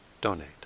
donate